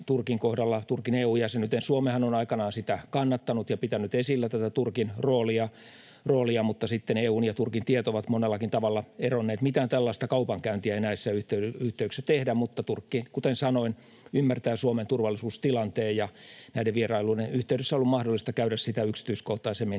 Turkin kohdalla Turkin EU-jäsenyyteen: Suomihan on aikanaan sitä kannattanut ja pitänyt esillä Turkin roolia, mutta sitten EU:n ja Turkin tiet ovat monellakin tavalla eronneet. Mitään tällaista kaupankäyntiä ei näissä yhteyksissä tehdä, mutta Turkki, kuten sanoin, ymmärtää Suomen turvallisuustilanteen, ja näiden vierailuiden yhteydessä on ollut mahdollista käydä sitä yksityiskohtaisemmin